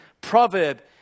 proverb